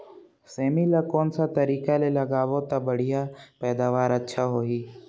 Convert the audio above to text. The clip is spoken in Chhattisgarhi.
सेमी ला कोन सा तरीका ले लगाबो ता बढ़िया पैदावार अच्छा होही?